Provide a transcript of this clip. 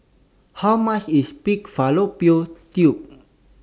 How much IS Pig Fallopian Tubes